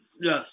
Yes